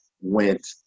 went